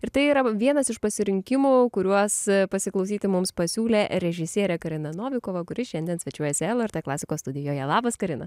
ir tai yra vienas iš pasirinkimų kuriuos pasiklausyti mums pasiūlė režisierė karina novikova kuri šiandien svečiuojasi lrt klasikos studijoje labas karina